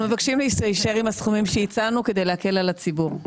אנחנו מבקשים להישאר עם הסכומים שהצענו כדי להקל על הציבור.